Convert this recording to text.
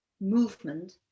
movement